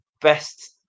best